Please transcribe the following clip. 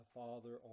father